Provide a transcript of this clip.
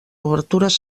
obertures